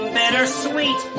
bittersweet